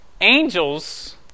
angels